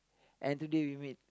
and today we meet